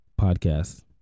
podcast